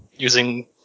using